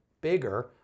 bigger